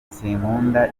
sinkunda